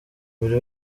buri